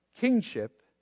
kingship